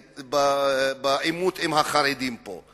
בעימות עם החרדים פה.